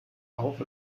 auch